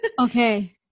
Okay